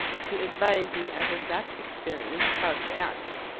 to advise me out of that experience how to act.